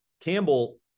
Campbell